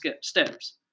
steps